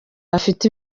bafite